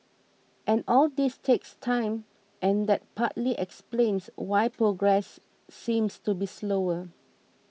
and all this takes time and that partly explains why progress seems to be slower